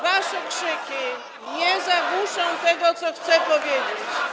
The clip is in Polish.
Wasze krzyki nie zagłuszą tego, co chcę powiedzieć.